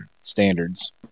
standards